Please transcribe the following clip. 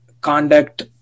conduct